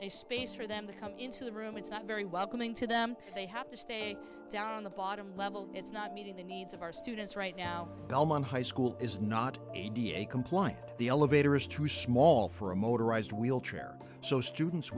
a space for them to come into the room it's not very welcoming to them they have to stand down on the bottom level it's not meeting the needs of our students right now on high school is not a da compliant the elevator is too small for a motorized wheelchair so students